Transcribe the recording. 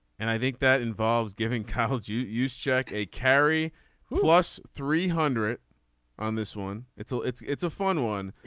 and i think that involves giving college you'd you'd check a carry plus three hundred on this one. it's so a it's a fun one.